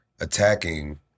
attacking